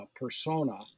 persona